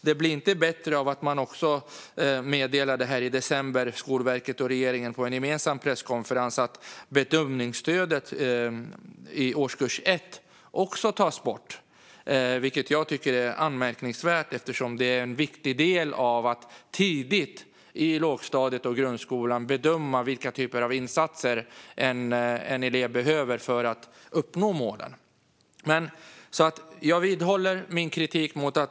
Det blir inte bättre av att Skolverket och regeringen på en gemensam presskonferens i december meddelade att bedömningsstödet i årskurs 1 också tas bort, vilket jag tycker är anmärkningsvärt eftersom det är en viktig del av att tidigt i lågstadiet och grundskolan bedöma vilka typer av insatser en elev behöver för att uppnå målen. Jag vidhåller min kritik.